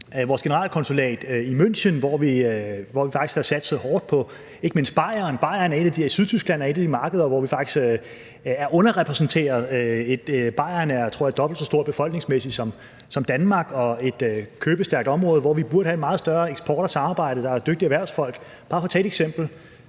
vores generalkonsulat i München, hvor vi faktisk har satset hårdt på ikke mindst Bayern i Sydtyskland, som er et af de markeder, hvor vi faktisk er underrepræsenteret. Bayern er, tror jeg, dobbelt så stor befolkningsmæssigt som Danmark og et købestærkt område, som vi burde have en meget større eksport til og et større samarbejde med, og der er dygtige erhvervsfolk – bare for at tage et eksempel.